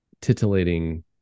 titillating